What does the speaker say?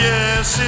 Yes